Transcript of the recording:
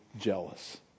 jealous